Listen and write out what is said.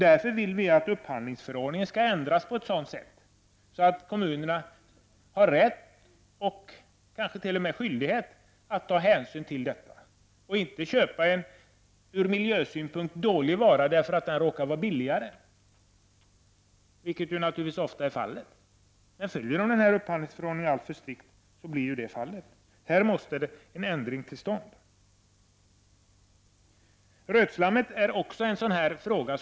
Därför vill vi att upphandlingsförordningen skall ändras på ett sådant sätt att kommunerna har rätt och kanske t.o.m. skyldighet att ta hänsyn till detta och inte köpa en ur miljösynpunkt dålig vara därför att den råkar vara billigare. Detta är naturligtvis ofta fallet. Men följer man upphandlingsförordningen helt strikt blir det fallet. Här måste en ändring till stånd. Rötslam är också en besvärlig fråga.